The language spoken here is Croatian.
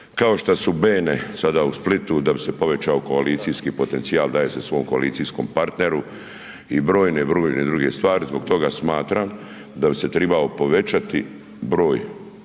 kao šta su Bene sada u Splitu da bi se povećao koalicijski potencijal daje se svom koalicijskom partneru i brojne, brojne druge stvari. Zbog toga smatram da bi se tribao povećati broj